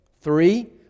Three